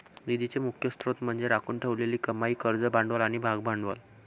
निधीचे मुख्य स्त्रोत म्हणजे राखून ठेवलेली कमाई, कर्ज भांडवल आणि भागभांडवल